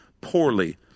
poorly